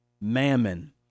mammon